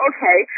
Okay